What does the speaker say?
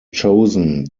chosen